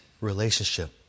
relationship